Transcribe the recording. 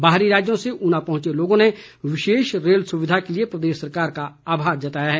बाहरी राज्यों से ऊना पहुंचे लोगों ने विशेष रेल सुविधा के लिए प्रदेश सरकार का आभार जताया है